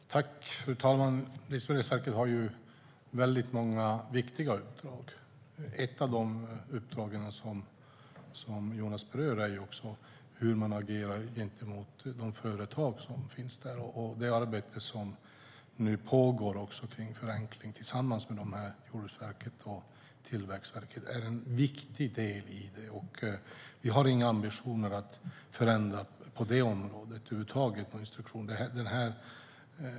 Fru talman! Livsmedelsverket har många viktiga uppdrag. Ett av de uppdragen som Jonas Jacobsson Gjörtler berör är hur man agerar gentemot de företag som finns på området. Det arbete som pågår i fråga om förenkling tillsammans med Jordbruksverket och Tillväxtverket är viktigt. Regeringen har inga ambitioner att förändra instruktionerna på det området.